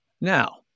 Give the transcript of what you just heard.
Now